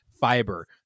fiber